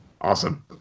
Awesome